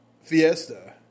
Fiesta